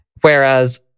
whereas